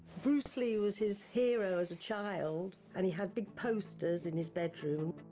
bruce lee was his hero as a child. and he had big posters in his bedroom.